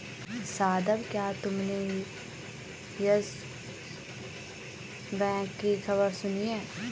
शादाब, क्या तुमने Yes Bank की खबर सुनी है?